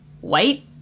White